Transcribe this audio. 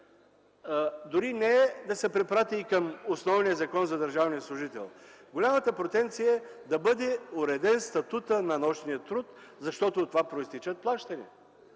дори не е да се препрати към основния Закон за държавния служител, да бъде уреден статутът на нощния труд, защото от това произтичат плащания.